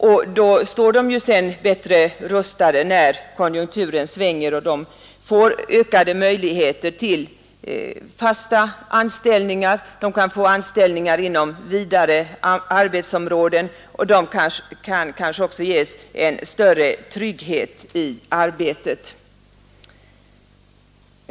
Sedan står de bättre rustade när konjunkturen svänger, och de får ökade möjligheter till fasta anställningar inom vidare arbetsområden. De har också möjligheter till större trygghet i arbetet.